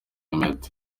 impeta